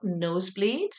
nosebleeds